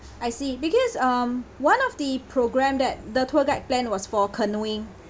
I see because um one of the programme that the tour guide planned was for canoeing